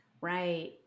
Right